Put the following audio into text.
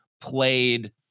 played